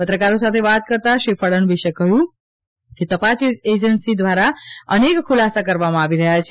પત્રકારો સાથે વાત કરતાં શ્રી ફડણવીસે કહ્યું કે તપાસ એજન્સી દ્વારા અનેક ખુલાસા કરવામાં આવી રહ્યા છે